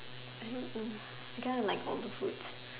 I don't know can I have like all the foods